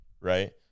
right